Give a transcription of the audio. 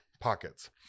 pockets